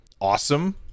awesome